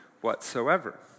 whatsoever